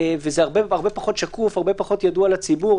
וזה הרבה פחות שקוף, הרבה פחות ידוע לציבור.